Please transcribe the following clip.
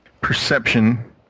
perception